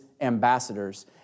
ambassadors